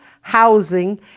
Housing